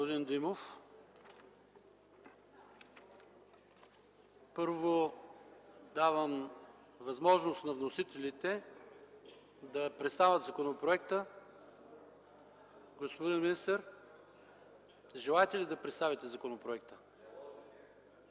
господин Димов. Първо, давам възможност на вносителя да представи законопроекта. Господин министър, желаете ли да представите законопроекта?